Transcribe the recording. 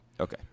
Okay